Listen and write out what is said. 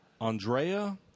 andrea